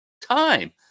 time